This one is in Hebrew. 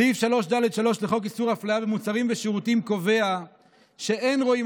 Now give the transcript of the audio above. סעיף 3(ד)(3) לחוק איסור הפליה במוצרים ושירותים קובע שאין רואים